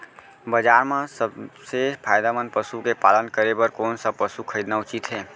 बजार म सबसे फायदामंद पसु के पालन करे बर कोन स पसु खरीदना उचित हे?